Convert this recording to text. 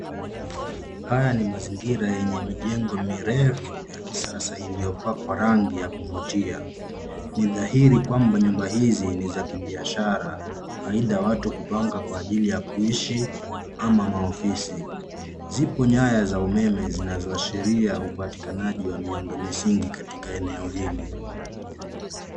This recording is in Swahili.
Haya ni mazingira yenye mijengo mirefu ya kisasa iliyopakwa rangi ya kufutia, ni dhahiri kwamba nyumba hizi ni za kibiashara aidha watu kupanga kwa ajili ya kuishi ama maofisi. Zipo nyaya za umeme zinazoashiria upatikanaji wa miundo misingi katika eneo hili.